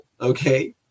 okay